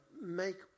make